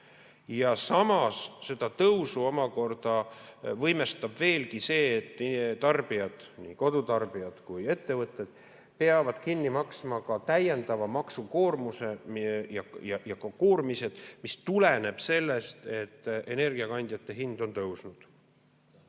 ja samas seda tõusu omakorda võimestab veelgi see, et tarbijad, nii kodutarbijad kui ka ettevõtted, peavad kinni maksma täiendava maksukoormuse ja koormised, mis tuleneb sellest, et energiakandjate hind on tõusnud.